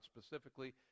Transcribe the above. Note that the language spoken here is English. specifically